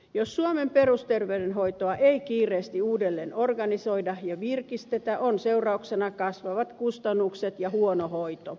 jos suomen perusterveydenhoitoa ei kiireesti uudelleen organisoida ja virkistetä ovat seurauksena kasvavat kustannukset ja huono hoito